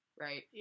Right